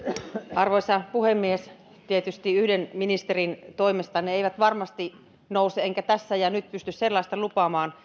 arvoisa puhemies tietysti yhden ministerin toimesta ne eivät varmasti nouse enkä tässä ja nyt pysty sellaista lupaamaan